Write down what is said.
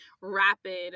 rapid